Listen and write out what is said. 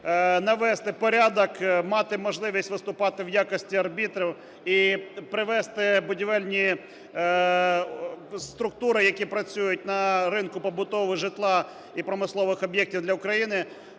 навести порядок, мати можливість виступати в якості арбітрів і привести будівельні структури, які працюють, на ринку побудови житла і промислових об'єктів для України,